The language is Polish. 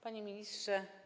Panie Ministrze!